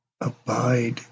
abide